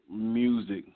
music